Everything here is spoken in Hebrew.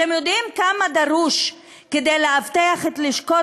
אתם יודעים כמה דרוש כדי לאבטח את לשכות